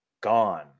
gone